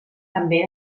també